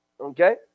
Okay